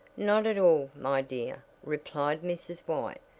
not at all, my dear, replied mrs. white,